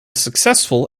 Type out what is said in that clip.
successful